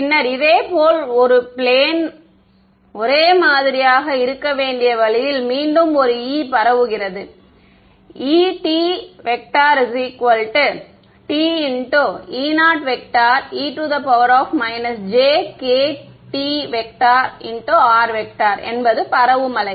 பின்னர் இதேபோல் பிளேன் ஒரே மாதிரியாக இருக்க வேண்டிய வழியில் மீண்டும் ஒரு E பரவுகிறது EtTE0e j kt r என்பது பரவும் வேவ்